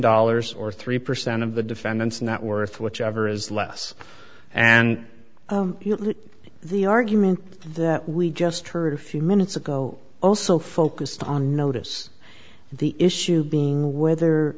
dollars or three percent of the defendant's net worth whichever is less and the argument that we just heard a few minutes ago also focused on notice the issue being whether